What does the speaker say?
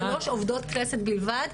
שלוש עובדות כנסת בלבד,